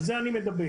על זה אני מדבר.